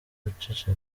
guceceka